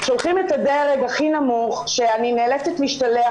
שולחים את הדרג הכי נמוך שאני נאלצת להשתלח